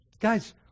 Guys